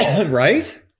Right